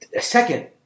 second